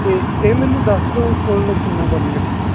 ਅਤੇ ਇਹ ਮੈਨੂੰ ਦੱਸ ਦਿਓ ਕੁੱਲ ਕਿੰਨਾ ਬਣ ਗਿਆ ਟੋਟਲ